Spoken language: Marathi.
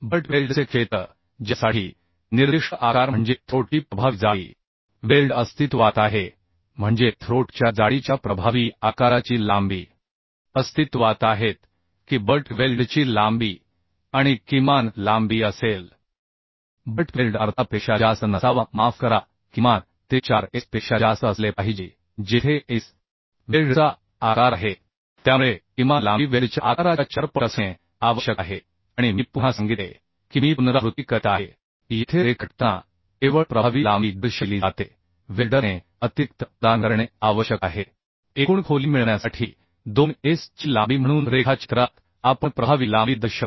बट वेल्डचे क्षेत्र ज्यासाठी निर्दिष्ट आकार म्हणजे थ्रोट ची प्रभावी जाडी वेल्ड अस्तित्वात आहे म्हणजे थ्रोट च्या जाडीच्या प्रभावी आकाराची लांबी अस्तित्वात आहेत की बट वेल्डची लांबी आणि किमान लांबी असेल बट वेल्ड अर्थापेक्षा जास्त नसावा माफ करा किमान ते 4S पेक्षा जास्त असले पाहिजे जेथे S वेल्डचा आकार आहे त्यामुळे किमान लांबी वेल्डच्या आकाराच्या 4 पट असणे आवश्यक आहे आणि मी पुन्हा सांगितले की मी पुनरावृत्ती करीत आहे येथे रेखाटताना केवळ प्रभावी लांबी दर्शविली जाते वेल्डरने अतिरिक्त प्रदान करणे आवश्यक आहे एकूण खोली मिळविण्यासाठी 2S ची लांबी म्हणून रेखाचित्रात आपण प्रभावी लांबी दर्शवू